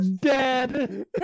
Dead